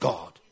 God